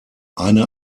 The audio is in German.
eine